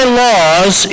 laws